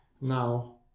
now